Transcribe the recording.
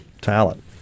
talent